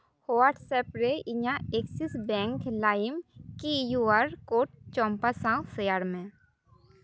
WhatsApp ᱨᱮ ᱤᱧᱟᱹᱜ Axis Bank ᱞᱟᱭᱤᱢ ᱠᱤ ᱤᱭᱩ ᱟᱨ ᱠᱳᱰ ᱪᱚᱢᱯᱟ ᱥᱟᱶ ᱥᱮᱭᱟᱨ ᱢᱮ